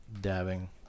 dabbing